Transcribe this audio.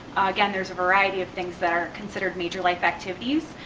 again there's a variety of things that are considered major life activities.